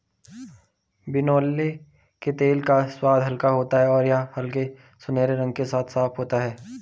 बिनौले के तेल का स्वाद हल्का होता है और यह हल्के सुनहरे रंग के साथ साफ होता है